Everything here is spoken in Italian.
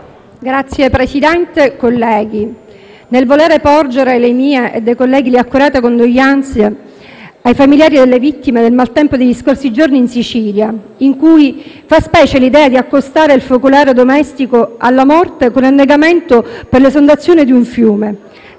Signor Presidente, colleghi, nel porgere da parte mia e dei colleghi le accorate condoglianze ai familiari delle vittime del maltempo degli scorsi giorni in Sicilia, fa specie l'idea di accostare il focolare domestico alla morte con annegamento per esondazione di un fiume: